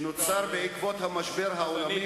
שנוצר בעקבות המשבר העולמי,